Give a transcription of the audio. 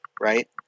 right